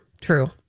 True